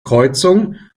kreuzung